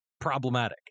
problematic